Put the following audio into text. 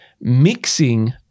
mixing